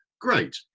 Great